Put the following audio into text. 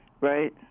right